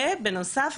בנוסף,